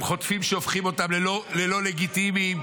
הם חוטפים שהופכים אותם ללא לגיטימיים,